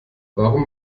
warum